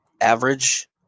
average